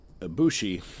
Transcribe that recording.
Ibushi